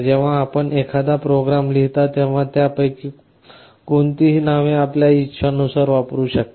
जेव्हा आपण एखादा प्रोग्राम लिहिता तेव्हा आपण त्यापैकी कोणतीही नावे आपल्या इच्छेनुसार वापरू शकता